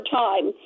time